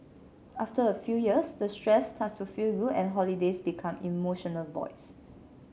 after a few years the stress starts to feel good and holidays become emotional voids